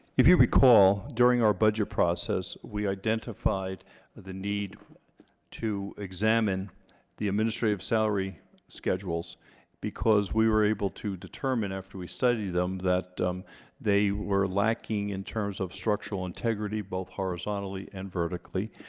if you recall, during our budget process we identified ah the need to examine the administrative salary schedules because we were able to determine after we studied them that they were lacking in terms of structural integrity both horizontally and vertically,